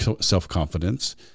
self-confidence